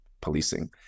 policing